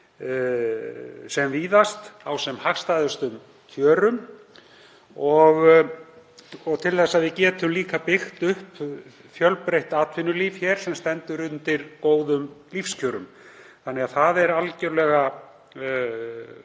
sem víðast á sem hagstæðustum kjörum, til að við getum líka byggt upp fjölbreytt atvinnulíf sem stendur undir góðum lífskjörum. Það er því algerlega klárt